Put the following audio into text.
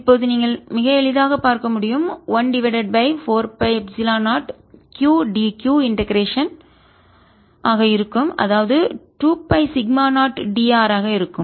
14π0qdzr2z232z z இப்போது நீங்கள் மிக எளிதாக பார்க்க முடியும் 1 divided by 4 by epsilon 0qdq இண்டெகரேஷன்ஒருங்கிணைந்ததாகஆக இருக்கும் அதாவது 2 pi சிக்மா 0d r ஆக இருக்கும்